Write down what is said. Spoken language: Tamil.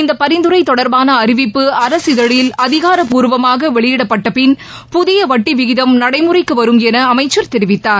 இந்த பரிந்துரை தொடர்பாள அறிவிப்பு அரசிதழில் அதிகாரப்பூர்வமாக வெளியிடப்பட்ட பின் புதிய வட்டி விகிதம் நடைமுறைக்கு வரும் என அமைச்சர் தெரிவித்தார்